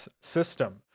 system